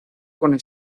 con